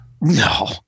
No